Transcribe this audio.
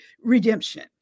redemption